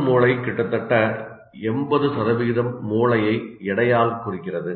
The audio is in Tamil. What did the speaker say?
பெருமூளை கிட்டத்தட்ட 80 மூளையை எடையால் குறிக்கிறது